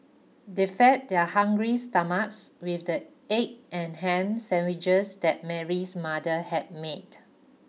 they fed their hungry stomachs with the egg and ham sandwiches that Mary's mother had made